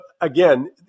again